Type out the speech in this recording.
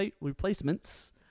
replacements